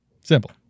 Simple